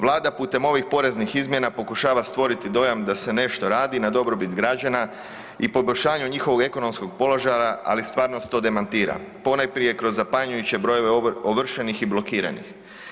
Vlada putem ovih poreznih izmjena pokušava stvoriti dojam da se nešto radi na dobrobit građana i poboljšanja njihovog ekonomskog položaja, ali stvarnost to demantira ponajprije kroz zapanjujuće brojeve ovršenih i blokiranih.